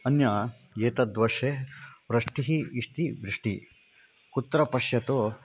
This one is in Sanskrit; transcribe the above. अन्यत् एतद्वर्षे वृष्टिः इष्टिः वृष्टिः कुत्र पश्यतु